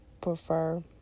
prefer